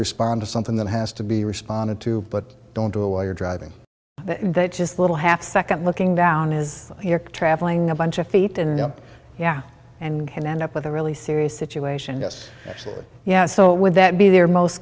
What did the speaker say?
respond to something that has to be responded to but don't do it while you're driving just a little half second looking down is you're traveling a bunch of feet in the oh yeah and can end up with a really serious situation yes yes so would that be their most